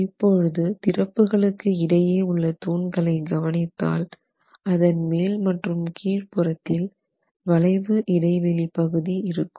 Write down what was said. இப்பொழுது திறப்புகளுக்கு இடையே உள்ளத் தூண்களை கவனித்தால் அதன் மேல் மற்றும் கீழ் புறத்தில் வளைவு இடைவெளி பகுதி இருக்கும்